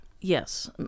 Yes